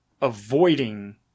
avoiding